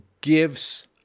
gives